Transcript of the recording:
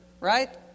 right